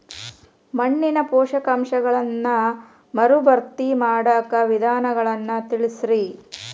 ಮಣ್ಣಿನ ಪೋಷಕಾಂಶಗಳನ್ನ ಮರುಭರ್ತಿ ಮಾಡಾಕ ವಿಧಾನಗಳನ್ನ ತಿಳಸ್ರಿ